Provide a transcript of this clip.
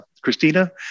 Christina